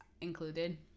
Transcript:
included